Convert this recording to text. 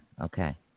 Okay